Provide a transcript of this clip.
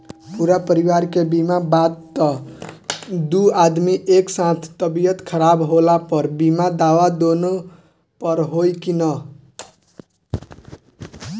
पूरा परिवार के बीमा बा त दु आदमी के एक साथ तबीयत खराब होला पर बीमा दावा दोनों पर होई की न?